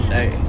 Hey